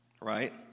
Right